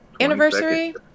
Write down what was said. anniversary